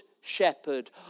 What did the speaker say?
shepherd